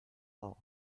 how